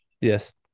Yes